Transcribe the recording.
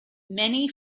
many